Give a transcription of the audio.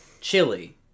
chili